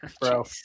bro